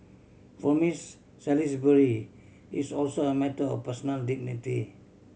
for Miss Salisbury it's also a matter or personal dignity